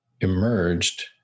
emerged